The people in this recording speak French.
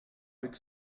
avec